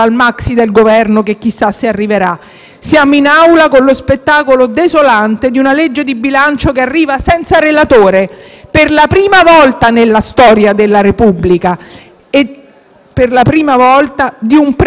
Siamo in Aula con lo spettacolo desolante di una legge di bilancio che arriva senza relatore, per la prima volta nella storia della Repubblica. E per la prima volta in assenza del presidente della Commissione bilancio.